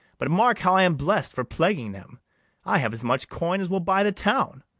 but mark how i am blest for plaguing them i have as much coin as will buy the town.